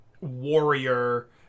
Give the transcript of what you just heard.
warrior